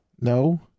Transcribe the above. No